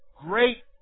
great